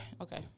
Okay